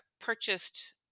purchased